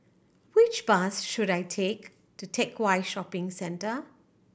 which bus should I take to Teck Whye Shopping Centre